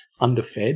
underfed